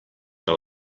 que